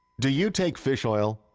do you take fish oil?